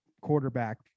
quarterback